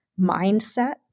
mindset